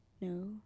no